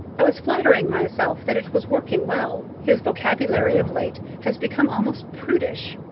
i was flattering myself that it was working well his vocabulary of late has become almost prudish.